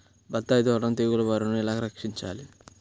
బత్తాయి తోటను తెగులు బారి నుండి ఎలా రక్షించాలి?